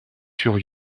sur